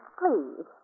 please